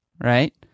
right